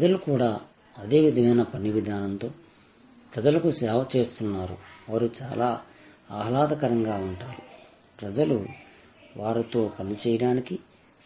ప్రజలు కూడా అదే విధమైన పని విధానంతో ప్రజలకు సేవ చేస్తున్నారు వారు చాలా ఆహ్లాదకరంగా ఉంటారు ప్రజలు వారితో పనిచేయడానికి